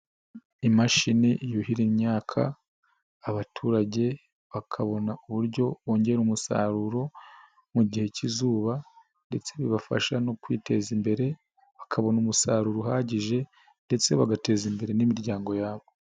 Imashini yuhira imyaka abaturage bakabona uburyo bongera umusaruro mu gihe cy'izuba ndetse bibafasha no kwiteza imbere bakabona umusaruro uhagije ndetse bagateza imbere n'imiryango yabo.